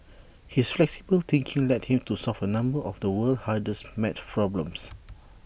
his flexible thinking led him to solve A number of the world's hardest math problems